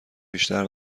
بیشتر